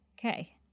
Okay